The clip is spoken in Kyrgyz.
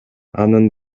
анын